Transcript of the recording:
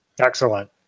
Excellent